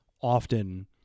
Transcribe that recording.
often